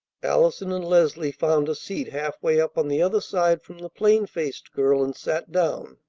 allison and leslie found a seat half-way up on the other side from the plain-faced girl, and sat down.